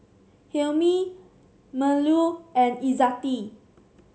Hilmi Melur and Izzati